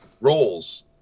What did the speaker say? roles